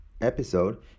episode